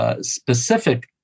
specific